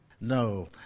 No